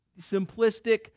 simplistic